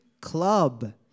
Club